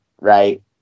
right